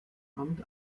amt